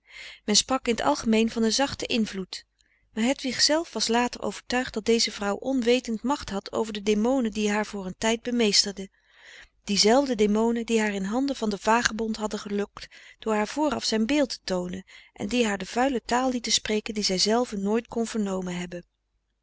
men sprak in t algemeen van een zachten invloed maar hedwig zelf was later overtuigd dat deze vrouw onwetend macht had over de demonen die haar voor een tijd bemeesterden diezelfde demonen die haar in handen van den vagebond hadden gelokt door haar vooraf zijn beeld te toonen en die haar de vuile taal lieten spreken die zij zelve nooit kon vernomen hebben